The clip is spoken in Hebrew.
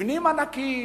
מבנים ענקיים,